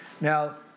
Now